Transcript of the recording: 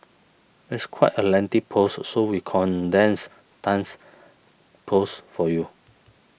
it's quite a lengthy post so we condensed Tan's post for you